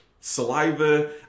saliva